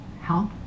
help